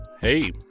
Hey